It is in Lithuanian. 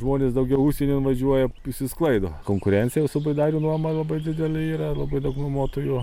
žmonės daugiau užsienin važiuoja išsisklaido konkurencija su baidarių nuoma labai didelė yra labai daug nuomotojų